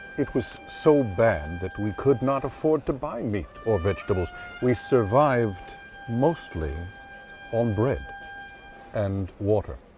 it was so bad that we could not afford to buy meat or vegetables we survived mostly on bread and water.